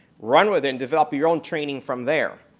run with it and develop your own training from there.